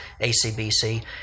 ACBC